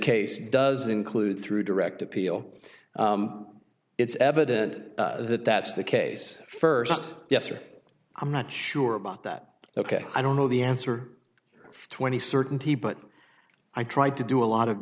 case does include through direct appeal it's evident that that's the case first yes or i'm not sure about that ok i don't know the answer twenty certainty but i tried to do a lot of